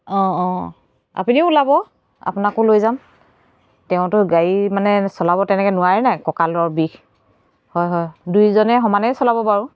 অঁ অঁ আপুনিও ওলাব আপোনাকো লৈ যাম তেওঁতো গাড়ী মানে চলাব তেনেকৈ নোৱাৰে নে কঁকালৰ বিষ হয় হয় দুইজনে সমানে চলাব বাৰু